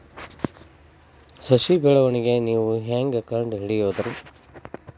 ಸಸಿ ಬೆಳವಣಿಗೆ ನೇವು ಹ್ಯಾಂಗ ಕಂಡುಹಿಡಿಯೋದರಿ?